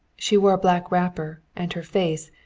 she wore a black wrapper, and her face,